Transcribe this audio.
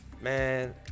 Man